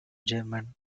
german